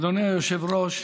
אדוני היושב-ראש,